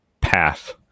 path